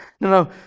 No